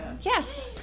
yes